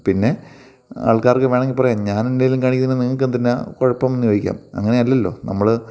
പിന്നെ ആൾക്കാർക്ക് വേണമെങ്കിൽ പറയാം ഞാൻ എന്തെങ്കിലും കാണിക്കുന്നതിന് നിങ്ങൾക്ക് എന്തിന് കുഴപ്പം എന്ന് ചോദിക്കാം അങ്ങനെയല്ലല്ലോ നമ്മൾ